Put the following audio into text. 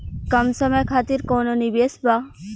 कम समय खातिर कौनो निवेश बा?